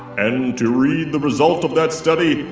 and to read the result of that study,